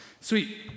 Sweet